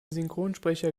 synchronsprecher